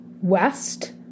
west